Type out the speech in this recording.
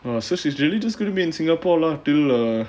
oh so she's really just going to be in singapore lah till err